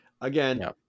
again